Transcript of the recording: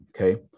okay